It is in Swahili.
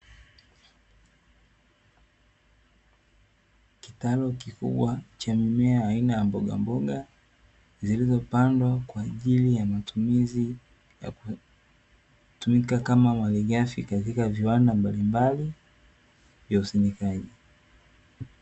Kitalu kikubwa cha mimea aina ya mbogamboga, zilizopandwa kwa ajili ya matumizi ya kutumika kama malighafi katika viwanda mbalimbali vya usindikaji.